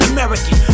American